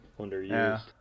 underused